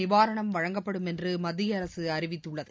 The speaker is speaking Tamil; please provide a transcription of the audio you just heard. நிவாரணம் வழங்கப்படும் என்று மத்திய அரசு அறிவித்துள்ளது